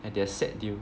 and their set deal